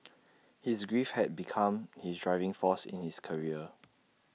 his grief had become his driving force in his career